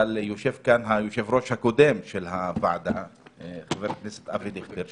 אבל יושב כאן היושב-ראש הקודם של הוועדה חבר הכנסת אבי דיכטר,